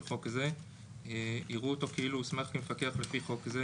חוק זה יראו אותו כאילו הוסמך כמפקח לפי חוק זה